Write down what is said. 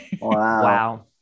Wow